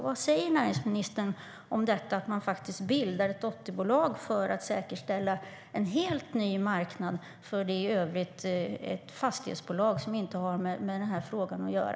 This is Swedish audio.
Vad säger näringsministern om att man faktiskt bildar ett dotterbolag för att säkerställa en helt ny marknad för det som i övrigt är ett fastighetsbolag som inte har med frågan att göra?